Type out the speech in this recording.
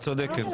את צודקת.